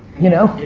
you know?